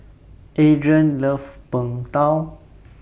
Adrain loves Png Tao